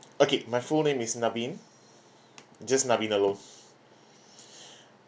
okay my full name is naveen just naveen alone